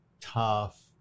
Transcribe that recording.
tough